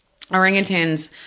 orangutans